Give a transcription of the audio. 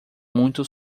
muito